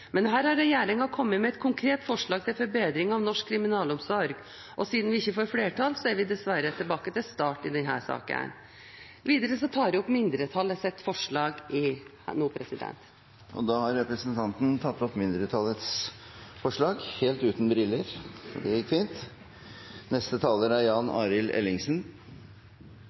Men her har regjeringen kommet med et konkret forslag til forbedring av norsk kriminalomsorg, og siden vi ikke får flertall, er vi dessverre tilbake til start i denne saken. Videre tar jeg opp mindretallsforslagene fra Høyre og Fremskrittspartiet i denne saken. Representanten Margunn Ebbesen har tatt opp de forslagene hun refererte til, helt uten briller. Det gikk fint.